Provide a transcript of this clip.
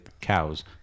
cows